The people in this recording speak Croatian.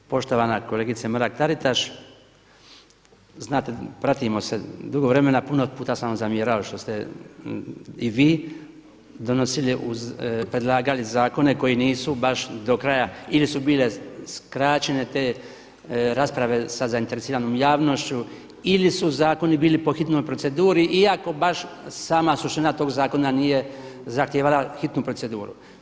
Poštovana kolegica Mrak TAritaš, znate pratimo se puno dugo vremena, puno puta sam vam zamjerao što ste i vi donosili predlagali zakone koji nisu baš do kraja ili su bile skraćene te rasprave sa zainteresiranom javnošću ili su zakoni bili po hitnoj proceduri iako baš sama suština tog zakona nije zahtijevala hitnu proceduru.